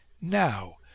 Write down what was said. Now